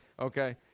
Okay